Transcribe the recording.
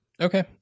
okay